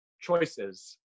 choices